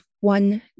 one